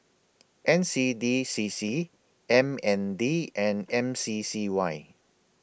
N C D C C M N D and M C C Y